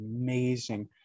amazing